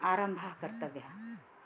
आरम्भः कर्तव्यः